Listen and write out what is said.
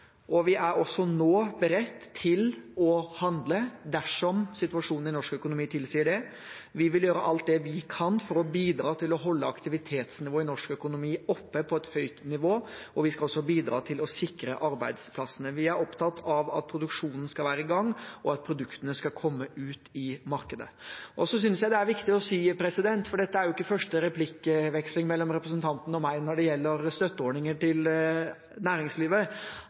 og vi er også nå – beredt til å handle dersom situasjonen i norsk økonomi tilsier det. Vi vil gjøre alt det vi kan for å bidra til å holde aktivitetsnivået i norsk økonomi oppe på et høyt nivå, og vi skal også bidra til å sikre arbeidsplassene. Vi er opptatt av at produksjonen skal være i gang, og at produktene skal komme ut i markedet. Jeg synes det er viktig å si – for dette er jo ikke første replikkveksling mellom representanten og meg når det gjelder støtteordninger til næringslivet